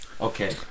okay